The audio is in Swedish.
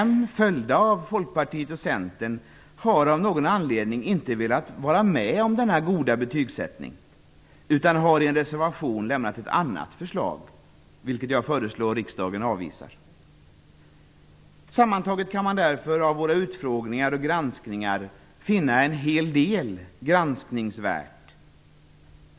Moderaterna, Folkpartiet och Centern har av någon anledning inte velat vara med om denna goda betygsättning utan har i egen reservation lämnar ett annat förslag, vilket jag föreslår att riksdagen avvisar. Sammantaget kan man därför av våra utfrågningar och granskningar finna en hel del granskningsvärt.